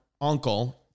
uncle